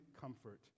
comfort